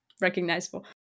recognizable